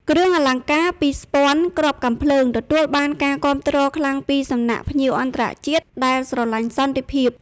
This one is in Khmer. គ្រឿងអលង្ការពីស្ពាន់គ្រាប់កាំភ្លើង ទទួលបានការគាំទ្រខ្លាំងពីសំណាក់ភ្ញៀវអន្តរជាតិដែលស្រឡាញ់សន្តិភាព។